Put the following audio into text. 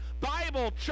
Bible